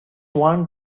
want